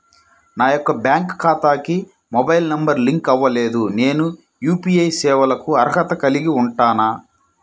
నా యొక్క బ్యాంక్ ఖాతాకి మొబైల్ నంబర్ లింక్ అవ్వలేదు నేను యూ.పీ.ఐ సేవలకు అర్హత కలిగి ఉంటానా?